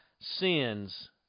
sins